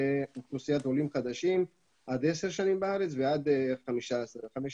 לאוכלוסיית עולים חדשים שנמצאים בארץ עד 10 שנים ועד 15 שנים.